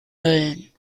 mölln